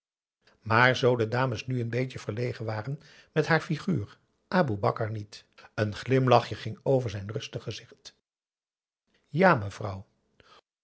maar zoo de dames nu een beetje verlegen waren met haar figuur aboe bakar niet een glimlachje ging over zijn rustig gezicht ja mevrouw